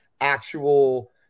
actual